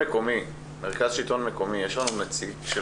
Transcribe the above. מרכז השלטון המקומי, יש לנו נציג?